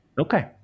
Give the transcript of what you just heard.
Okay